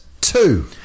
two